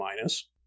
minus